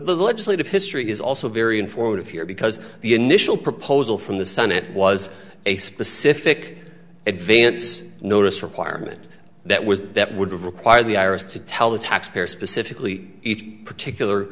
legislative history is also very informative here because the initial proposal from the senate was a specific advance notice requirement that was that would require the iras to tell the tax payer specifically each